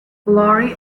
lowry